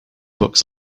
bucks